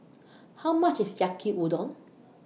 How much IS Yaki Udon